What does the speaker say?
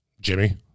Jimmy